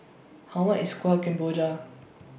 How much IS Kuih Kemboja